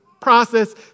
process